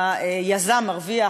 היזם מרוויח,